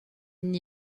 n’y